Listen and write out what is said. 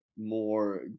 more